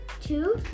two